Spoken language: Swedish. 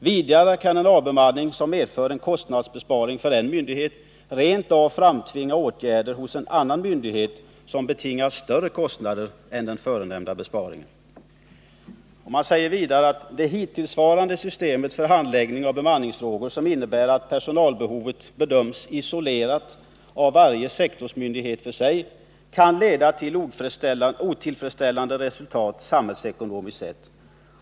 Vidare kan en avbemanning, som medför en kostnadsbesparing för en myndighet, rent av framtvinga åtgärder hos en annan myndighet som betingar större kostnader än den förstnämnda besparingen.” Utredningen säger vidare: ”Det hittillsvarande systemet för handläggning av bemanningsfrågor, som innebär att personalbehovet bedöms isolerat av varje sektorsmyndighet för sig, kan således leda till otillfredsställande resultat samhällsekonomiskt sett.